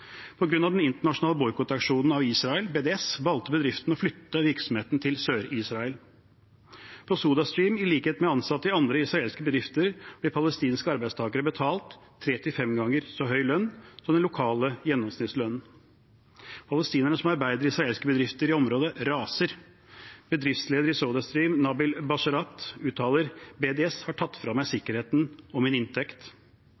den internasjonale boikottaksjonen mot Israel, BDS, valgte bedriften å flytte virksomheten til Sør-Israel. I SodaStream, i likhet med ansatte i andre israelske bedrifter, ble palestinske arbeidstakere betalt tre til fem ganger så høy lønn som den lokale gjennomsnittslønnen. Palestinere som arbeider i israelske bedrifter i området, raser. Bedriftsleder i SodaStream, Nabil Basharat, uttaler: BDS har tatt